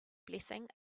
blessing